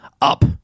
up